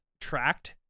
tracked